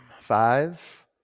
Five